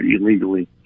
illegally